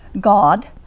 God